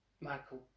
Michael